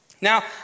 Now